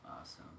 Awesome